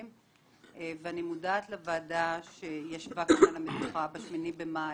ואני מודעת לוועדה שהסיקה מסקנות מה-8 במאי,